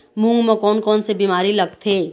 मूंग म कोन कोन से बीमारी लगथे?